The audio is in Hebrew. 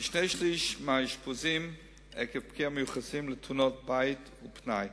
כשני-שלישים מהאשפוזים עקב פגיעה מיוחסים לתאונות בית ופנאי.